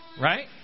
Right